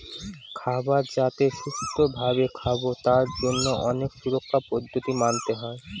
খাবার যাতে সুস্থ ভাবে খাবো তার জন্য অনেক সুরক্ষার পদ্ধতি মানতে হয়